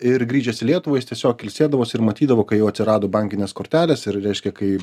ir grįžęs į lietuvą jis tiesiog ilsėdavosi ir matydavo kai jau atsirado bankinės kortelės ir reiškia kai